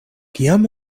kiam